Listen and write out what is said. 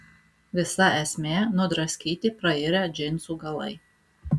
visa esmė nudraskyti prairę džinsų galai